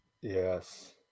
Yes